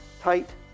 tight